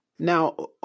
Now